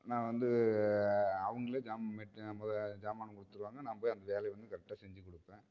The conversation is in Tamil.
நான் வந்து அவங்களே ஜாம் மெட்டீ மொதல் சாமான கொடுத்துருவாங்க நான் போய் அந்த வேலையை வந்து கரெக்டாக செஞ்சுக் கொடுப்பேன்